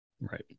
Right